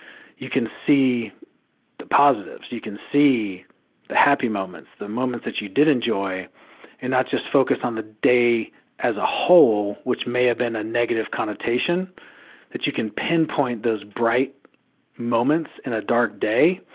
you can see the positives. you can see the happy moments, the moments that you did enjoy and not just focused on the day as a whole, which may have been a negative connotation that you can pinpoint those bright moments and a dark day,